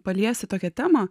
paliesti tokią temą